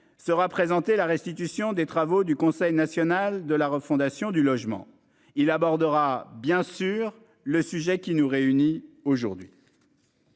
sera présenté la restitution des travaux du Conseil national de la refondation du logement il abordera bien sûr le sujet qui nous réunit aujourd'hui.